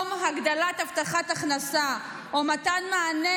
במקום הגדלת הבטחת הכנסה או מתן מענה